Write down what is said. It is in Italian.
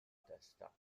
testa